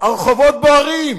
הרחובות בוערים,